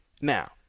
Now